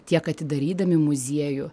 tiek atidarydami muziejų